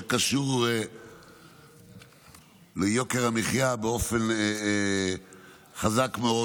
שקשור ליוקר המחיה באופן חזק מאוד.